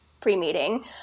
pre-meeting